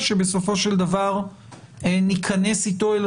שבסופו של דבר ניכנס איתו אל